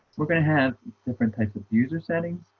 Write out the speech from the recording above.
we're going to have different types of user settings.